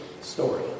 story